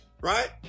Right